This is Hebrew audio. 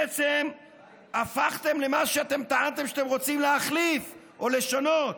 בעצם הפכתם למה שאתם טענתם שאתם רוצים להחליף או לשנות.